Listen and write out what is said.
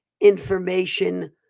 information